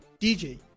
DJ